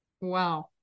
Wow